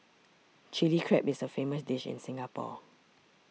Chilli Crab is a famous dish in Singapore